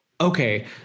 Okay